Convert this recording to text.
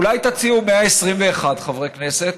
אולי תציעו 121 חברי כנסת,